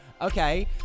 Okay